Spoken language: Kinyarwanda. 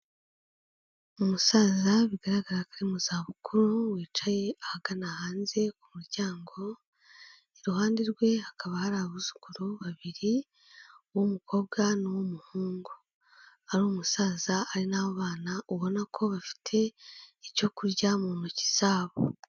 Umusaza bigaragara ko ari mu zabukuru wicaye ahagana hanze ku muryango, iruhande rwe hakaba hari abuzukuru babiri uw'umukobwa n'uw'umuhungu, ari umusaza ari nabo bana ubona ko bafite icyo kurya mu ntoki zabo.